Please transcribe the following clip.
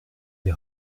des